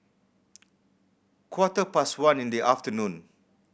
quarter past one in the afternoon